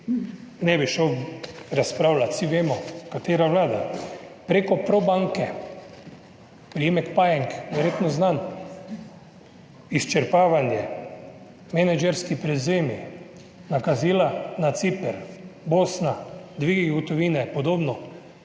ne bi šel razpravljati, vsi vemo, katera vlada preko Probanke, priimek Pajek verjetno znan, izčrpavanje, menedžerski prevzemi, nakazila na Ciper, Bosna, dvigi gotovine podobno.